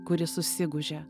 kuri susigūžė